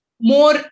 more